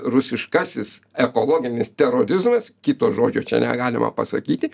rusiškasis ekologinis terorizmas kito žodžio čia negalima pasakyti